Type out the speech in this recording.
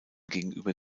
gegenüber